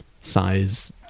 size